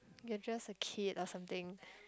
you are just a kid or something